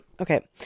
Okay